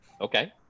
Okay